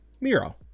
Miro